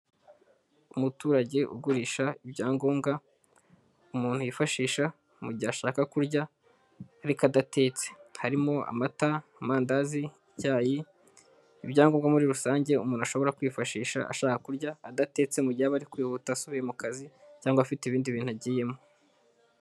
Umuturage ugurisha ibyangombwa umuntu yifashisha mu gihe ashaka kurya ariko adatetse, harimo amata, amandazi, ibyangombwa muri rusange umuntu ashobora kwifashisha ashaka kurya adatetse, mu gihe aba ari kwihuta asubiye mu kazi cyangwa afite ibindi bintu agiyemo.